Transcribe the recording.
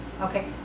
Okay